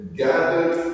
gathered